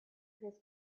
his